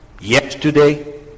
Yesterday